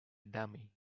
dummy